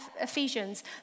Ephesians